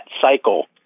cycle